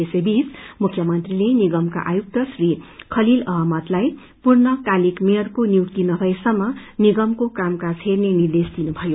यसैगीच मुख्यमंत्रीले विगमका आयुक्त श्री खलिल अहमदलाई पूर्ण कालक मेयरको नियुक्ति नभएसम्म निगमाक कामकाज हेर्ने निर्देश दिनुभयो